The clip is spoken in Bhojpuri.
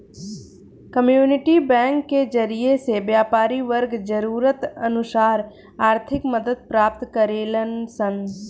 कम्युनिटी बैंक के जरिए से व्यापारी वर्ग जरूरत अनुसार आर्थिक मदद प्राप्त करेलन सन